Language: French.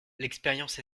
l’expérience